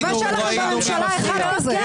הלוואי שהיה לכם בממשלה אחד כזה.